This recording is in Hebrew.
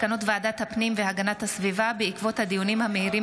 מסקנות ועדת הפנים והגנת הסביבה בעקבות דיונים מהירים